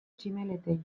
tximeletei